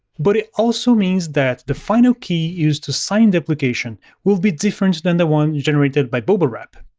but it also means that the final key used to sign the application will be different than the one generated by bubblewrap.